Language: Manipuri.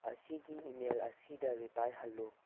ꯑꯁꯤꯒꯤ ꯏꯃꯦꯜ ꯑꯁꯤꯗ ꯔꯤꯄ꯭ꯂꯥꯏ ꯍꯜꯂꯨ